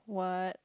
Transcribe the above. what